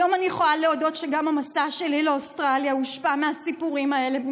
היום אני יכולה להודות שגם המסע שלי לאוסטרליה הושפע מהסיפורים האלה.